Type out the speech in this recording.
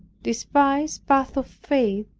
despised path of faith,